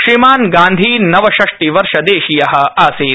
श्रीमान् गान्धी नवषष्टिवर्षदेशीयः आसीत्